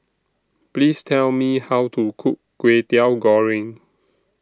Please Tell Me How to Cook Kway Teow Goreng